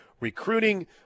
recruiting